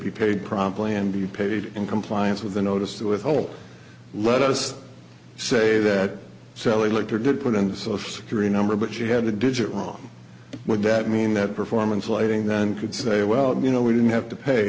paid promptly and be paid in compliance with a notice to withhold let us say that sally like her did put in the social security number but she had a digit wrong would that mean that performance lighting then could say well you know we didn't have to pay